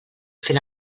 fer